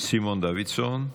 סימון דוידסון,